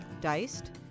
diced